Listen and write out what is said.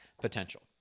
potential